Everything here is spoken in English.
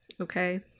Okay